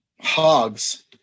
hogs